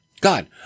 God